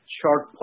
short